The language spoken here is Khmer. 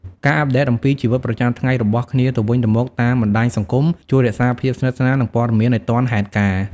ការអាប់ដេតអំពីជីវិតប្រចាំថ្ងៃរបស់គ្នាទៅវិញទៅមកតាមបណ្តាញសង្គមជួយរក្សាភាពស្និទ្ធស្នាល និងព័ត៌មានឲ្យទាន់ហេតុការណ៍ ។